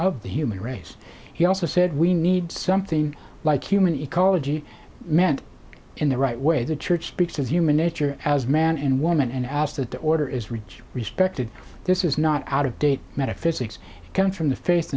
of the human race he also said we need something like human ecology meant in the right way the church speaks as human nature as man and woman and asked that the order is rich respected this is not out of date metaphysics coming from the fa